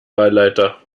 wahlleiter